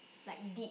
like deep